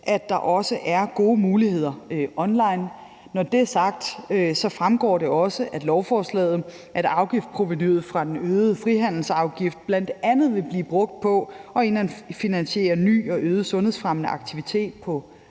at der også er gode muligheder online. Når det sagt, fremgår det også af lovforslaget, at afgiftsprovenuet fra den øgede frihandelsafgift bl.a. vil blive brugt på at finansiere ny og øget sundhedsfremmende aktivitet på